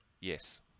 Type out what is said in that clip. Yes